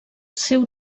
seu